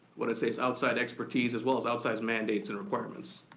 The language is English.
what i'd say is outside expertise as well as outsides mandates and requirements.